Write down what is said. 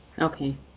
Okay